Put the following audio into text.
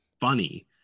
funny